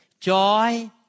Joy